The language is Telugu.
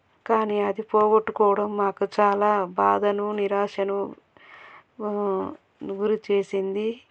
కానీ అది పోగొట్టుకోవడం మాకు చాలా బాధను నిరాశను గురి చేసింది